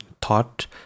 Taught